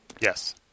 Yes